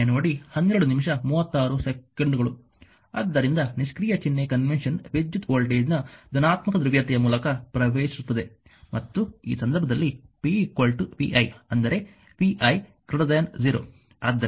ಆದ್ದರಿಂದ ನಿಷ್ಕ್ರಿಯ ಚಿಹ್ನೆ ಕನ್ವೆನ್ಷನ್ ವಿದ್ಯುತ್ ವೋಲ್ಟೇಜ್ನ ಧನಾತ್ಮಕ ಧ್ರುವೀಯತೆಯ ಮೂಲಕ ಪ್ರವೇಶಿಸುತ್ತದೆ ಮತ್ತು ಈ ಸಂದರ್ಭದಲ್ಲಿ p vi ಅಂದರೆ vi 0